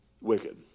wicked